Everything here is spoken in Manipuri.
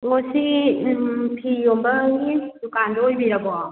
ꯑꯣ ꯁꯤ ꯐꯤꯌꯣꯟꯕꯒꯤ ꯗꯨꯀꯥꯟꯗꯣ ꯑꯣꯏꯕꯤꯔꯕꯣ